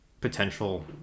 potential